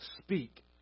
speak